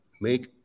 Make